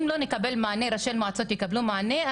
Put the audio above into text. אם ראשי המועצות לא יקבלו מענה,